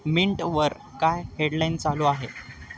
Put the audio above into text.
मिंटवर काय हेडलाईन चालू आहे